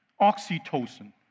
Oxytocin